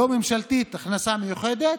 לא ממשלתית, הכנסה מיוחדת,